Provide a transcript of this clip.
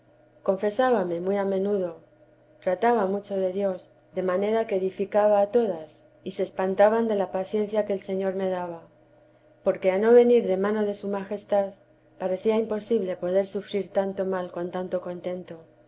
aparefo confesábame muy a menudo trataba mucho d dios de manera que edificaba a todas y se espantaban de la paciencia que el señor me daba porque a no venir de mano de su majestad parecía imposible poder sufrir tanto mal con tanto contento